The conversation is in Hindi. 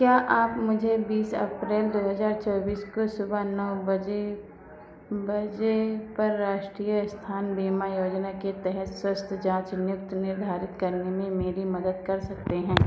क्या आप मुझे बीस अप्रैल दो हजार चौबीस को सुबह नौ बजे बजे पर राष्ट्रीय स्थान बीमा योजना के तहत स्वास्थ्य जाँच नियुक्ति निर्धारित करने में मेरी मदद कर सकते हैं